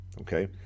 okay